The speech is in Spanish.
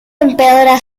empeora